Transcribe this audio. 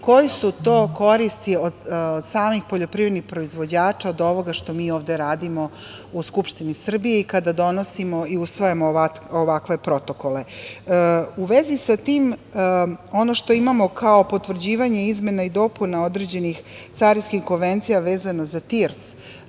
koje su to koristi samih poljoprivrednih proizvođača od ovoga što mi ovde radimo u Skupštini Srbije i kada donosimo i usvajamo ovakve protokole.U vezi sa tim, ono što imamo kao potvrđivanje izmena i dopuna određenih carinskih konvencija vezano za TRS,